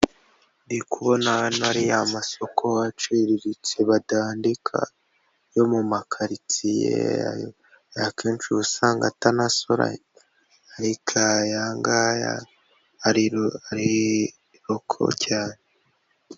Ndi kubona n'ariya masoko baciriritse badandika yo mu makaritsiye akenshi usanga atanasora nk'ayangaya cyane cyane yo mumugi.